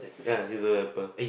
ya he's a helper